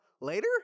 later